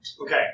Okay